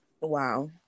wow